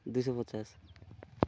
ଦୁଇଶହ ପଚାଶ